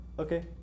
okay